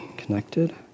Connected